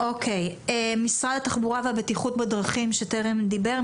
משרד התחבורה והבטיחות בדרכים שטרם דיבר,